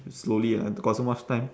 slowly ah got so much time